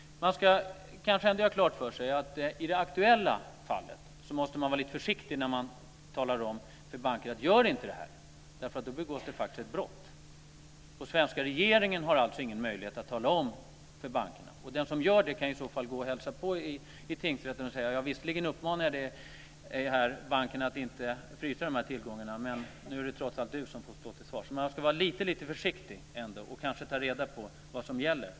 Man ska kanske ändå göra klart för sig att man måste vara lite försiktig i det aktuella fallet när man talar om för banker att de inte ska göra detta, eftersom det faktiskt begås ett brott då. Den svenska regeringen har alltså ingen möjlighet att tala om detta för bankerna. Man ska vara lite försiktig och ta reda på vad som gäller.